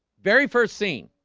very first scene